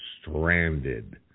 stranded